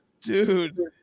dude